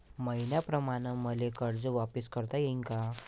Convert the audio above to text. मईन्याप्रमाणं मले कर्ज वापिस करता येईन का?